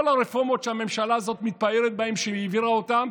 כל הרפורמות שהממשלה הזאת מתפארת בהן שהיא העבירה אותן,